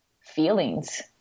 feelings